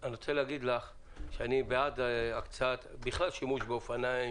אני רוצה להגיד לך שאני בעד שימוש באופניים,